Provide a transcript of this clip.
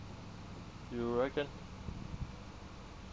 you reckon